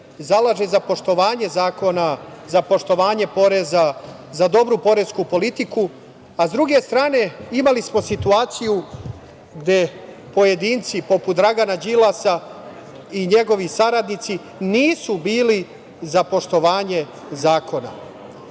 zalaže za poštovanje zakona, za poštovanje poreza, za dobru poresku politiku, a s druge strane imali smo situaciju gde pojedinci, poput Dragana Đilasa i njegovi saradnici, nisu bili za poštovanje zakona. Tako